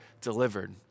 delivered